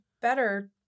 better